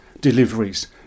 deliveries